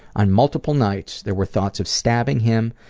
on multiple nights there were thoughts of stabbing him,